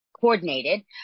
coordinated